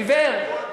עיוור,